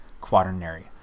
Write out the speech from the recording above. quaternary